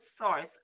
source